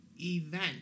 event